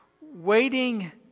waiting